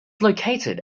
located